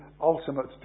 ultimate